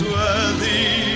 worthy